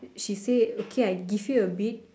she say okay I give you a bit